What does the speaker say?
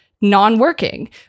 non-working